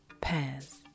Pears